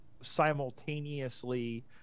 simultaneously